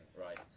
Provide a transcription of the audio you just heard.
right